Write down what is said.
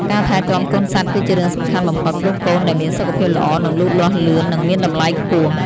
ការថែទាំកូនសត្វគឺជារឿងសំខាន់បំផុត ព្រោះកូនដែលមានសុខភាពល្អនឹងលូតលាស់លឿននិងមានតម្លៃខ្ពស់។